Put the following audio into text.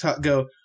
go